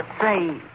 Say